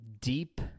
deep